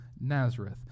Nazareth